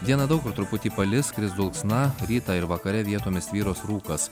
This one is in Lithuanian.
dieną daug kur truputį palis kris dulksna rytą ir vakare vietomis tvyros rūkas